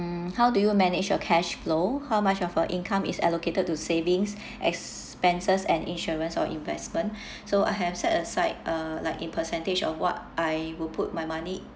how do you manage your cash flow how much of a income is allocated to savings expenses and insurance or investment so I have set aside uh like in percentage of what I will put my money